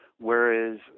whereas